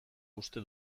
uste